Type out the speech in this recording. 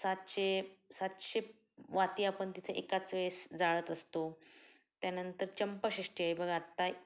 सातशे सातशे वाती आपण तिथे एकाच वेळेस जाळत असतो त्यानंतर चंपाषष्ठी आहे बघ आत्ता